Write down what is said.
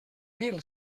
mil